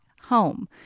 home